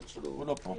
הוא לא פה.